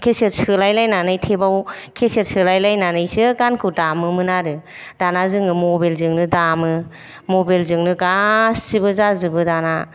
खेसेत सोलायलायनानानै थेबाव खेसेत सोलायलायनानैसो गानखौ दामोमोन आरो दाना जोङो मबाइलजोंनो दामो मबाइलजोंनो गासिबो जाजोबो दाना